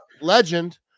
legend